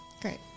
Great